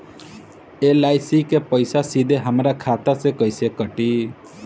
LIC के पईसा सीधे हमरा खाता से कइसे कटी?